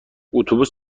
اتوبوس